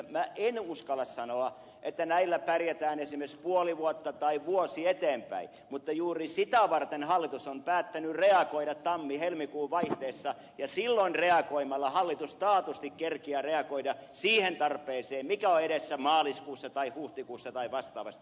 minä en uskalla sanoa että näillä pärjätään esimerkiksi puoli vuotta tai vuosi eteenpäin mutta juuri sitä varten hallitus on päättänyt reagoida tammihelmikuun vaihteessa ja silloin reagoimalla hallitus taatusti kerkiää reagoida siihen tarpeeseen mikä on edessä maaliskuussa tai huhtikuussa tai vastaavasti